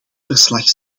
verslag